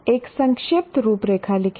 एक संक्षिप्त रूपरेखा लिखें